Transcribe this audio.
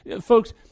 Folks